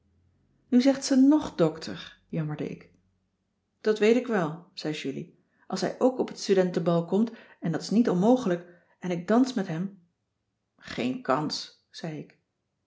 nu zegt ze nog dr jammerde ik dat weet ik wel zei julie als hij ook op het studentenbal komt en dat is niet onmogelijk en ik dans met hem geen kans zei ik